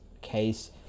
case